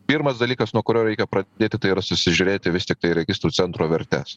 pirmas dalykas nuo kurio reikia pradėti tai yra susižiūrėti vis tiktai registrų centro vertes